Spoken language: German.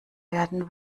werden